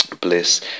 Bliss